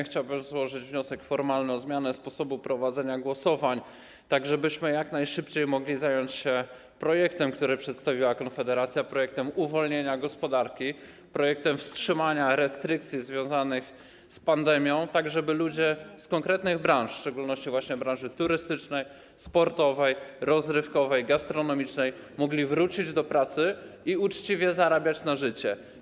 Chciałbym złożyć wniosek formalny o zmianę sposobu prowadzenia głosowań, tak żebyśmy jak najszybciej mogli zająć się projektem, który przedstawiła Konfederacja, projektem uwolnienia gospodarki, projektem wstrzymania restrykcji związanych z pandemią, tak żeby ludzie z konkretnych branż, w szczególności właśnie z branży turystycznej, sportowej, rozrywkowej, gastronomicznej, mogli wrócić do pracy i uczciwie zarabiać na życie.